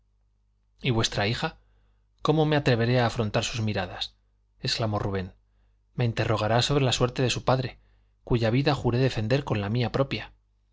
y vuestra hija cómo me atreveré a afrontar sus miradas exclamó rubén me interrogará sobre la suerte de su padre cuya vida juré defender con la mía propia